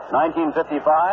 1955